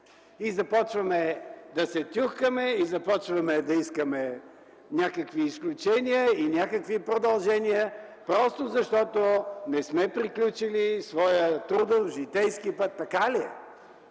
И започваме да се тюхкаме, и започваме да искаме някакви изключения и някакви продължения просто защото не сме приключили своя трудов, житейски път. Така ли е?